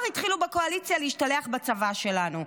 התחילו בקואליציה להשתלח בצבא שלנו.